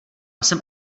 jsem